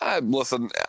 Listen